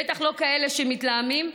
בטח לא כאלה שמתלהמים.